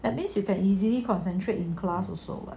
that means you can easily concentrate in class also [what]